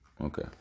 Okay